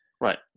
Right